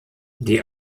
die